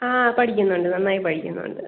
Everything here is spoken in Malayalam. ആ പഠിക്കുന്നുണ്ട് നന്നായി പഠിക്കുന്നുണ്ട്